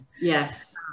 Yes